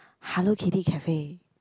Hello Kitty cafe